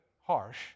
harsh